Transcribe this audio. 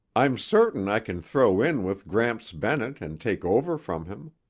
i'm certain i can throw in with gramps bennett and take over from him.